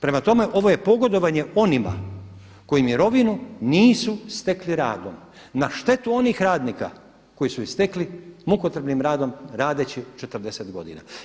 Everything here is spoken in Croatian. Prema tome, ovo je pogodovanje onima koji mirovinu nisu stekli radom na štetu onih radnika koji su je stekli mukotrpnim radom radeći 40 godina.